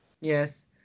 yes